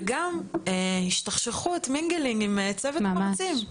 וגם השתכשכות עם צוות המרצים.